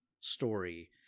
story